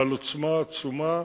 בעל עוצמה עצומה,